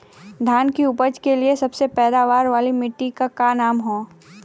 धान की उपज के लिए सबसे पैदावार वाली मिट्टी क का नाम ह?